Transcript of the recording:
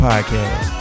Podcast